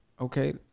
okay